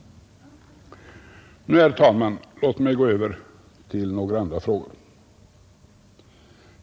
Men, herr talman, låt mig gå över till några andra frågor.